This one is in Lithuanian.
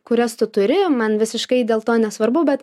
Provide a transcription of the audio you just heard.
kurias tu turi man visiškai dėl to nesvarbu bet